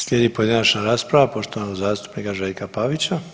Slijedi pojedinačna rasprava poštovanog zastupnika Željka Pavića.